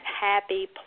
happy